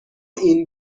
این